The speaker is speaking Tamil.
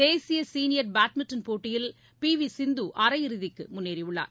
தேசிய சீனியர் பேட்மின்டன் போட்டியில் பி வி சிந்து அரையிறுதிக்கு முன்னேறி உள்ளார்